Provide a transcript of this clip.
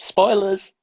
Spoilers